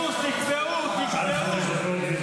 60% מהציבור לא מרוצה מהתפקוד שלו.